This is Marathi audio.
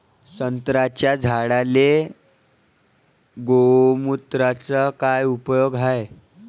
संत्र्याच्या झाडांले गोमूत्राचा काय उपयोग हाये?